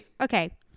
Okay